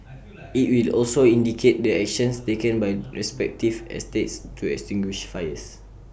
IT will also indicate the actions taken by the respective estates to extinguish fires